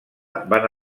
van